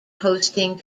hosting